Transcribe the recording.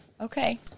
Okay